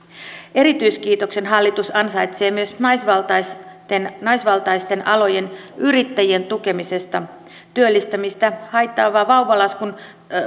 erityiskiitoksen hallitus ansaitsee naisvaltaisten naisvaltaisten alojen yrittäjien tukemisesta työllistämistä haittaavaa vauvalaskua